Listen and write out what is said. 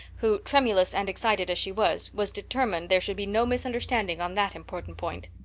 who, tremulous and excited as she was, was determined there should be no misunderstanding on that important point.